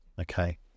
Okay